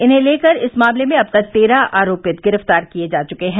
इन्हें लेकर इस मामले में अब तक तेरह आरोपित गिरफ्तार किए जा चुके हैं